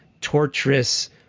torturous